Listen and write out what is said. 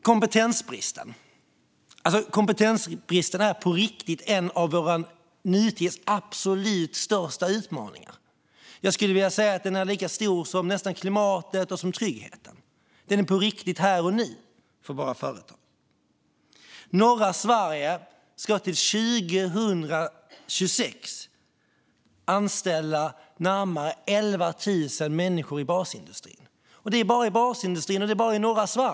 Kompetensbristen är en av vår tids absolut största utmaningar, kanske lika stor som klimatkrisen och otryggheten. Den är på riktigt här och nu för våra företag. Till 2026 behöver det anställas 11 000 människor i norra Sverige, och det är bara i basindustrin.